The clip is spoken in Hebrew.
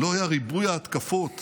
ריבוי ההתקפות